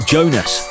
Jonas